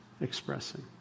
expressing